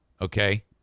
okay